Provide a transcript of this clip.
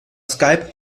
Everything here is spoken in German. skype